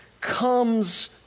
comes